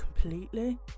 completely